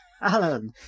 Alan